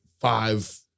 five